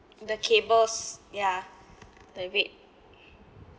the cables ya